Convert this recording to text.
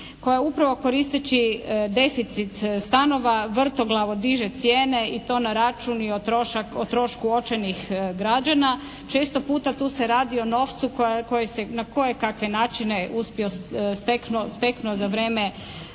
koja upravo koristeći deficit stanova vrtoglavo diže cijene i to na račun i o trošku očajnih građana. Često puta tu se radi o novcu koji se na kojekakve načine uspio, steknuo za vrijeme